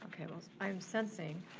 okay, well i am sensing